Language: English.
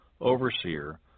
overseer